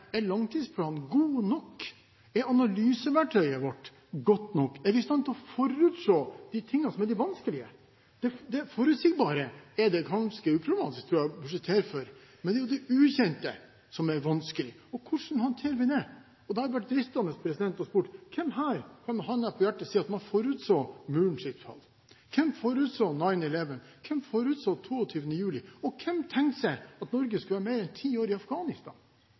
Er langtidsplanen god nok? Er analyseverktøyet vårt godt nok? Er vi i stand til å forutse de vanskelige tingene? Det forutsigbare er det ganske uproblematisk, tror jeg, å budsjettere for, men det er det ukjente som er det vanskelige. Og hvordan håndterer vi det? Da hadde det vært fristende å spørre: Hvem er det her som med hånden på hjertet kan si at man forutså Murens fall? Hvem forutså 11. september? Hvem forutså 22. juli? Hvem tenkte seg at Norge skulle være mer enn ti år i Afghanistan?